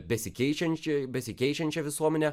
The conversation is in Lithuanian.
besikeičianč besikeičiančią visuomenę